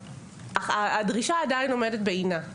הדרישה עדיין עומדת בעינה.